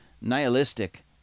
nihilistic